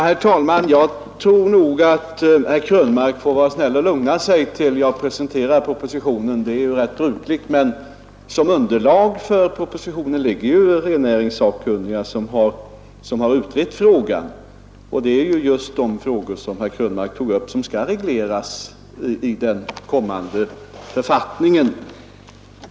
Herr talman! Jag tror nog att herr Krönmark får vara snäll och lugna sig till dess jag presenterat propositionen — det är ju brukligt. Som underlag för propositionen ligger förslaget från rennäringssakkunniga som har utrett frågan. Det är just de förhållanden herr Krönmark berörde som skall regleras i den kommande författningen.